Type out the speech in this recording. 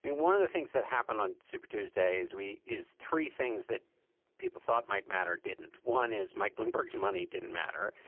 one of the things that happened on super tuesday is we is three things that people thought might matter. didn't. one is mike bloomberg's money didn't matter.